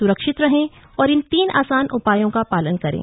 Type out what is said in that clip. स्रक्षित रहें और इन तीन आसान उपायों का पालन करें